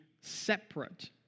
separate